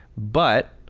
but,